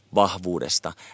vahvuudesta